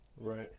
right